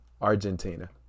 Argentina